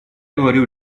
говорю